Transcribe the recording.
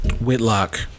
Whitlock